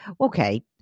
Okay